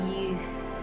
youth